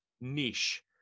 niche